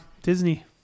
Disney